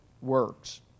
works